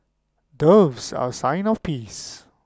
doves are A sign of peace